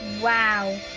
Wow